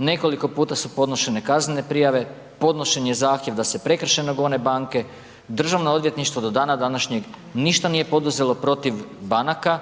nekoliko puta su podnošene kaznene prijave, podnesen je zahtjev da se prekršajno gone banke, državno odvjetništvo do dana današnjeg ništa nije poduzelo protiv banaka